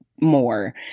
more